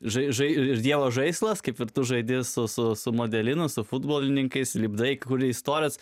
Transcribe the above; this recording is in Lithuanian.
žai žai ir dievo žaislas kaip ir tu žaidi su su su su modelinu su futbolininkais lipdai kurį istorijas